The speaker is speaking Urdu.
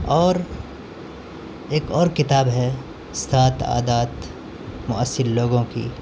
اور ایک اور کتاب ہے سات عادات موثر لوگوں کی